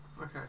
Okay